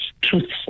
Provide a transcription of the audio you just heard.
truthful